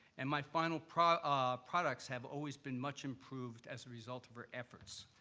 and my final products ah products have always been much improved as a result of her efforts.